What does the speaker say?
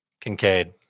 Kincaid